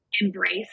embrace